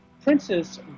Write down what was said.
Princess